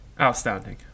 Outstanding